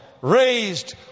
raised